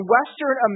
Western